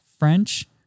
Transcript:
French